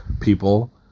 people